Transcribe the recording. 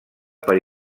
per